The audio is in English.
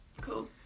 Cool